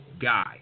guy